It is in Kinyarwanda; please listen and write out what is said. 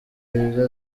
ibyo